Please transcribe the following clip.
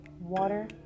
water